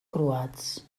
croats